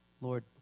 Lord